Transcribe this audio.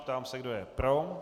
Ptám se, kdo je pro.